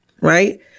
right